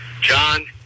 John